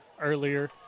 earlier